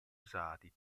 usati